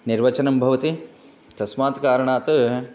निर्वचनं भवति तस्मात् कारणात्